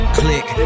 click